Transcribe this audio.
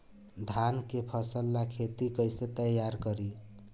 धान के फ़सल ला खेती कइसे तैयार करी?